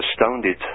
astounded